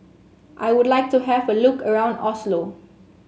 I would like to have a look around Oslo